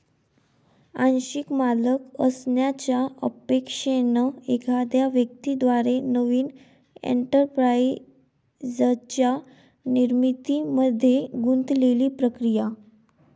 आंशिक मालक असण्याच्या अपेक्षेने एखाद्या व्यक्ती द्वारे नवीन एंटरप्राइझच्या निर्मितीमध्ये गुंतलेली प्रक्रिया